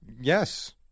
Yes